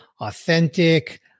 authentic